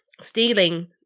stealing